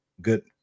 good